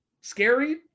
scary